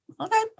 okay